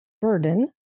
burden